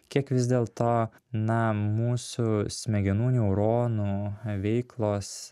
kiek vis dėlto na mūsų smegenų neuronų veiklos